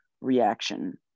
reaction